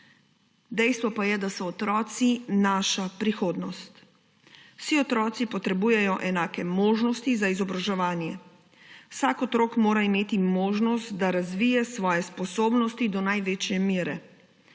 Dejstvo pa je, da so otroci naša prihodnost. Vsi otroci potrebujejo enake možnosti za izobraževanje, vsak otrok mora imeti možnost, da razvije svoje sposobnosti do največje mere.